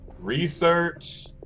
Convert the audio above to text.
research